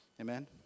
amen